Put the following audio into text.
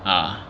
ah